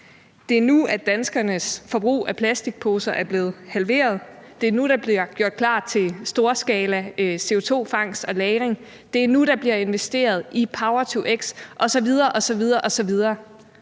Det er nu, danskernes forbrug af plastikposer er blevet halveret. Det er nu, der bliver gjort klar til storskala-CO2-fangst og -lagring. Det er nu, der bliver investeret i power-to-x osv. osv.